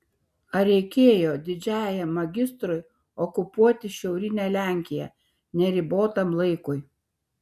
ar reikėjo didžiajam magistrui okupuoti šiaurinę lenkiją neribotam laikui